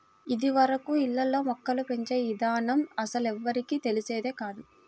ఇదివరకు ఇళ్ళల్లో మొక్కలు పెంచే ఇదానం అస్సలెవ్వరికీ తెలిసేది కాదు